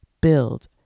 build